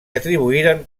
atribuïren